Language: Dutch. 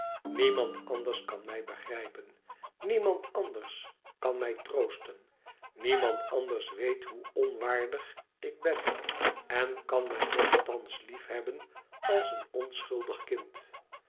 niemand anders kan mij begrijpen niemand anders kan mij troosten niemand anders weet hoe onwaardig ik ben en kan mij nogthans liefhebben als een onschuldig kind